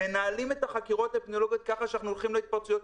מנהלים את החקירות האפידמיולוגיות כך שאנחנו הולכים להתפרצויות,